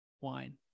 wine